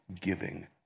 giving